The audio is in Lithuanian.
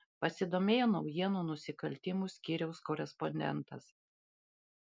pasidomėjo naujienų nusikaltimų skyriaus korespondentas